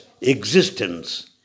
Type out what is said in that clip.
existence